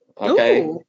Okay